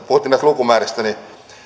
puhuttiin näistä lukumääristä niin nythän